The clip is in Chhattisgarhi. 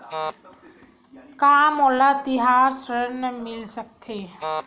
का मोला तिहार ऋण मिल सकथे?